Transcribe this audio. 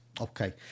Okay